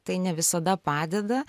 tai ne visada padeda